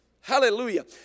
Hallelujah